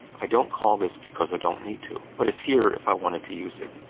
i don't call this because i don't need to, but it's here if i wanted to use it.